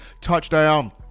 touchdown